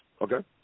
Okay